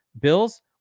Bills